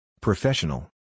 Professional